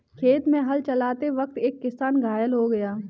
खेत में हल चलाते वक्त एक किसान घायल हो गया